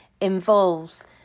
involves